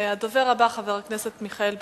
הדובר הבא, חבר הכנסת מיכאל בן-ארי.